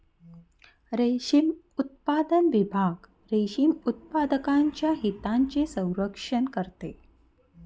रेशीम उत्पादन विभाग रेशीम उत्पादकांच्या हितांचे संरक्षण करते